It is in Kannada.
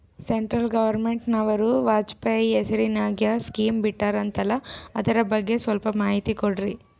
ಸೆಂಟ್ರಲ್ ಗವರ್ನಮೆಂಟನವರು ವಾಜಪೇಯಿ ಹೇಸಿರಿನಾಗ್ಯಾ ಸ್ಕಿಮ್ ಬಿಟ್ಟಾರಂತಲ್ಲ ಅದರ ಬಗ್ಗೆ ಸ್ವಲ್ಪ ಮಾಹಿತಿ ಕೊಡ್ರಿ?